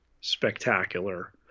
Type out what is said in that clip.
spectacular